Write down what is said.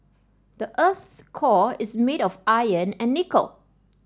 the earth's core is made of iron and nickel